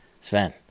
Sven